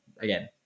again